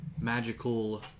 magical